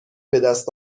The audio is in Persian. بدست